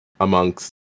amongst